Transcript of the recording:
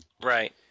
Right